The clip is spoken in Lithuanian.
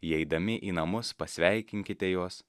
įeidami į namus pasveikinkite juos